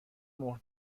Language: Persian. مهر